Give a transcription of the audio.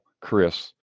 Chris